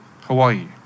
Hawaii